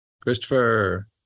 Christopher